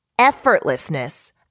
effortlessness